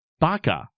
baka